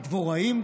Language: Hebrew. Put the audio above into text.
בדבוראים,